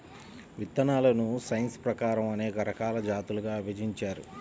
విత్తనాలను సైన్స్ ప్రకారం అనేక రకాల జాతులుగా విభజించారు